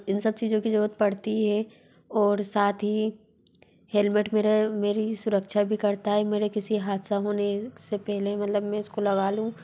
इन सब चज़ों की ज़रूरत पड़ती ही है और साथ ही हेलमेट मेरा मेरी सुरक्षा भी करता है मेरा किसी हादसा होने से पहले मतलब मैं इसको लगा लूँ